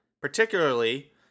particularly